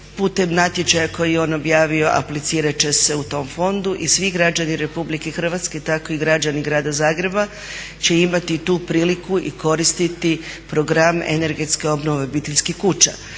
Putem natječaja koji je on objavio aplicirati će se u tom fondu i svi građani Republike Hrvatske takvo i građani grada Zagreba će imati tu priliku i koristiti program energetske obnove obiteljskih kuća.